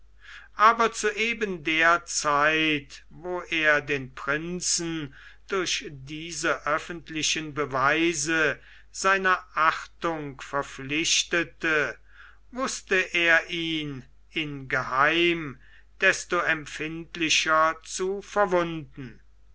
aber zu eben der zeit wo er den prinzen durch diese öffentlichen beweise seiner achtung verpflichtete wußte er ihn ingeheim desto empfindlicher zu verwunden